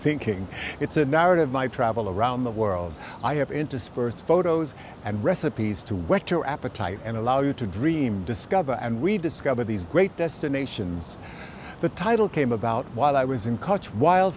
thinking it's a narrative my travel around the world i have interspersed photos and recipes to whet your appetite and allow you to dream discover and we discover these great destinations the title came about while i was in college while